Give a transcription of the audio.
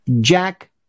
Jack